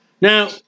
Now